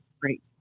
great